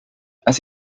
als